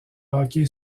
hockey